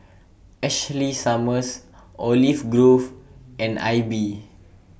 Ashley Summers Olive Grove and AIBI